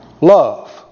Love